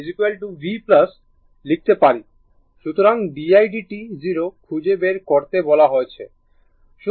সুতরাং di dt 0 খুঁজে বের করতে বলা হয়েছে